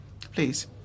Please